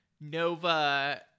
Nova